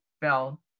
fell